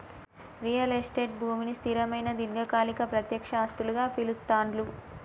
real estate భూమిని స్థిరమైన దీర్ఘకాలిక ప్రత్యక్ష ఆస్తులుగా పిలుత్తాండ్లు